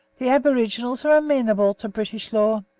the aboriginals are amenable to british law,